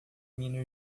minha